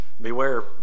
Beware